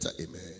Amen